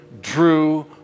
drew